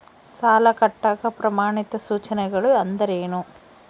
ಸಾಲ ಕಟ್ಟಾಕ ಪ್ರಮಾಣಿತ ಸೂಚನೆಗಳು ಅಂದರೇನು?